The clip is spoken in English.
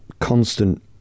constant